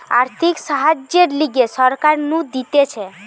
আর্থিক সাহায্যের লিগে সরকার নু দিতেছে